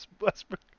westbrook